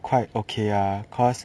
quite okay ah cause